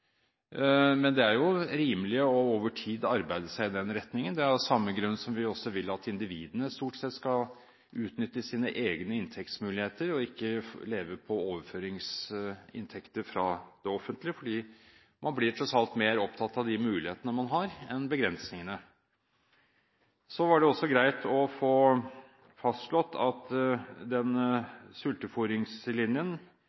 men det er rimelig over tid å arbeide i den retningen. Av samme grunn vil vi også at individene stort sett skal utnytte sine egne inntektsmuligheter, og ikke leve på overføringsinntekter fra det offentlige. Man blir tross alt mer opptatt av de mulighetene man har, enn av begrensningene. Det var greit å få fastslått at